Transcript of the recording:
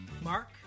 Mark